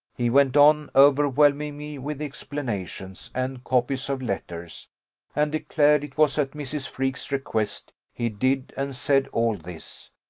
he went on over-whelming me with explanations and copies of letters and declared it was at mrs. freke's request he did and said all this,